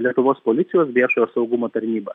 lietuvos policijos viešojo saugumo tarnyba